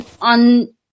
on